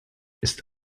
ist